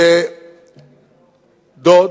שדוד,